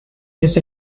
his